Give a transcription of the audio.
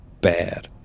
bad